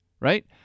right